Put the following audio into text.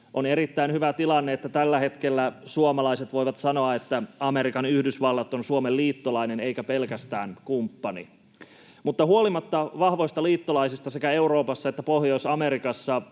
on erittäin hyvä tilanne, että tällä hetkellä suomalaiset voivat sanoa, että Amerikan yhdysvallat on Suomen liittolainen eikä pelkästään kumppani. Mutta huolimatta vahvoista liittolaisista sekä Euroopassa että Pohjois-Amerikassa